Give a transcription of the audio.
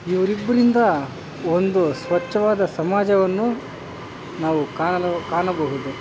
ಇವರಿಬ್ರಿಂದ ಒಂದು ಸ್ವಚ್ಛವಾದ ಸಮಾಜವನ್ನು ನಾವು ಕಾಣಲು ಕಾಣಬಹುದು